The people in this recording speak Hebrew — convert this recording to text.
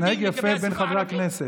להתנהג יפה בין חברי הכנסת.